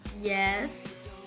Yes